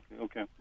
Okay